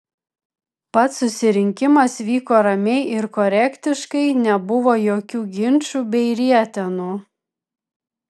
pats susirinkimas vyko ramiai ir korektiškai nebuvo jokių ginčų bei rietenų